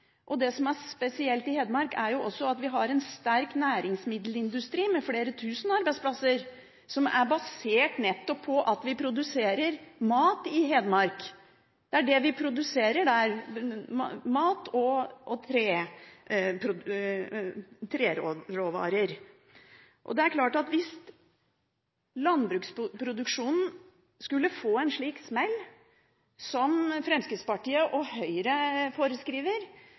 Det som er spesielt i Hedmark, er at vi har en sterk næringsmiddelindustri med flere tusen arbeidsplasser som er basert nettopp på at vi produserer mat i Hedmark. Det er det vi produserer der – mat og treråvarer. Det er klart av hvis landbruksproduksjonen skulle få en slik smell som Fremskrittspartiet og Høyre foreskriver,